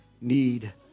need